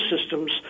systems